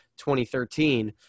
2013